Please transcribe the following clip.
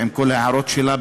עם כל ההערות שלה,